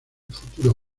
futuro